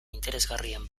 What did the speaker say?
interesgarrien